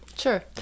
Sure